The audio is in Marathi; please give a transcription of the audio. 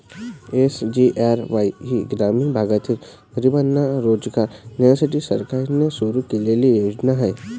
एस.जी.आर.वाई ही ग्रामीण भागातील गरिबांना रोजगार देण्यासाठी सरकारने सुरू केलेली योजना आहे